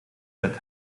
het